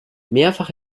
mehrfach